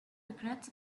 regrets